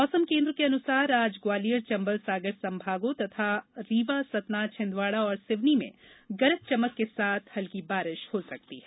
मौसम केंद्र के अनुसार आज ग्वालियर चंबल सागर संभागों तथा रीवा सतना छिंदवाडा और सिवनी में गरज चमक के साथ हल्की बारिश हो सकती है